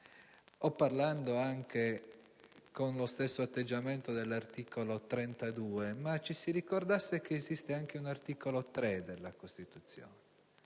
2 o anche, con lo stesso atteggiamento, dell'articolo 32, ma ci si ricordasse che esiste anche un articolo 3 della Costituzione,